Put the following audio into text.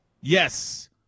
Yes